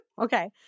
Okay